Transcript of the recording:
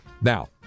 Now